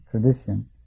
tradition